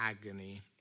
agony